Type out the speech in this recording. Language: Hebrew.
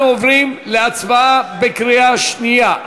אנחנו עוברים להצבעה בקריאה שנייה.